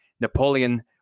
Napoleon